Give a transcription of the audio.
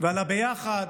ועל היחד,